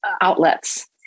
outlets